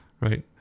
right